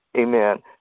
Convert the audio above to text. Amen